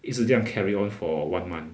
一直这样 carry on for one month